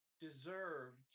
deserved